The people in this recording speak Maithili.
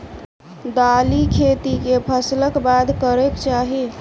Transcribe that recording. दालि खेती केँ फसल कऽ बाद करै कऽ चाहि?